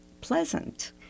pleasant